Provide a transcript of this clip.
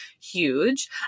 Huge